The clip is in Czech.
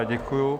Děkuju.